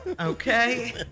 Okay